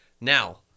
Now